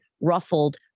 ruffled